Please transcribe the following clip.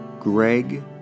Greg